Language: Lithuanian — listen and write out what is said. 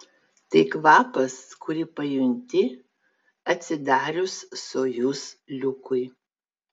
tai kvapas kurį pajunti atsidarius sojuz liukui